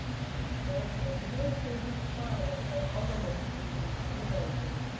he thought he had never seen his father so ominously intimidating.